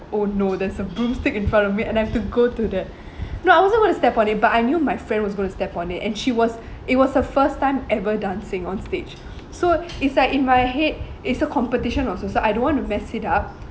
oh no there's a broomstick in front of me and I have to go through that you know I wasn't going to step on it but I knew my friend was going to step on it and she was it was her first time ever dancing on stage so it's like in my head it's a competition also so I don't want to mess it up